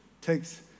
takes